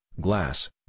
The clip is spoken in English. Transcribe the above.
glass